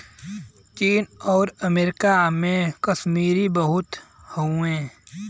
चीन आउर मन्गोलिया में कसमीरी क बहुत उत्पादन होला